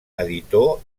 editor